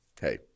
hey